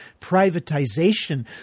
privatization